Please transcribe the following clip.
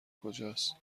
کجاست